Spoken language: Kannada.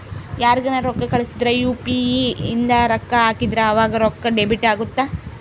ಯಾರ್ಗನ ರೊಕ್ಕ ಕಳ್ಸಿದ್ರ ಯು.ಪಿ.ಇ ಇಂದ ರೊಕ್ಕ ಹಾಕಿದ್ರ ಆವಾಗ ರೊಕ್ಕ ಡೆಬಿಟ್ ಅಗುತ್ತ